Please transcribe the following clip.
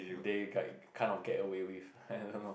they like kind of get away with I don't know